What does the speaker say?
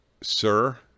sir